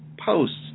posts